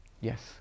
Yes